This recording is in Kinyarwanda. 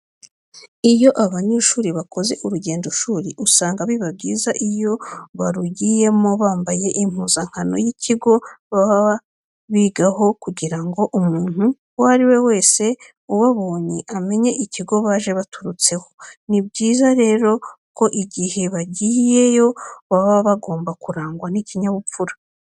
Iyo abanyeshuri bakoze urugendoshuri usanga biba byiza iyo barugiyemo bambaye impuzankano y'ikigo baba bigaho kugira ngo umuntu uwo ari we wese ubabonye amenye ikigo baje baturutseho. Ni byiza rero ko igihe bagiyeyo baba bagomba kurangwa n'ikinyabupfura.